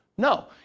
No